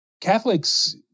Catholics